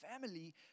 family